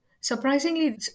Surprisingly